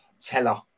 Teller